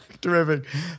Terrific